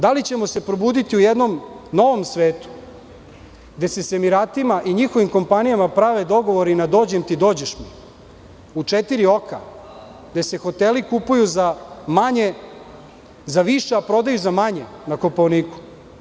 Da li ćemo se probuditi u jednom novom svetu gde se sa Emiratima i njihovim kompanijama prave dogovori na dođem ti dođeš mi u četiri oka gde se hoteli kupuju za više, a prodaju za manje, na Kopaoniku.